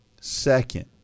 Second